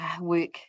work